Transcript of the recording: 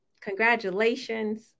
Congratulations